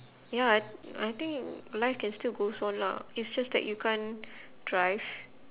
ya I I think life can still goes on lah it's just that you can't drive